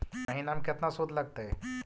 महिना में केतना शुद्ध लगतै?